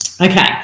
Okay